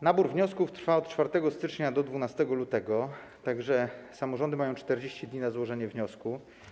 Nabór wniosków trwa od 4 stycznia do 12 lutego, tak że samorządy mają 40 dni na złożenie wniosku.